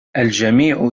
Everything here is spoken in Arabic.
الجميع